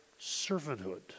servanthood